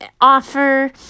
offer